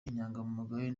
inyangamugayo